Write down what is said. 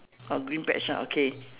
ah green patch ah okay